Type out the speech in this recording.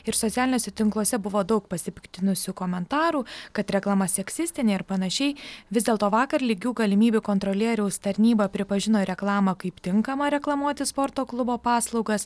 ir socialiniuose tinkluose buvo daug pasipiktinusių komentarų kad reklama seksistinė ir panašiai vis dėlto vakar lygių galimybių kontrolieriaus tarnyba pripažino reklamą kaip tinkamą reklamuoti sporto klubo paslaugas